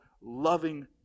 loving